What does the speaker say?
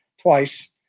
twice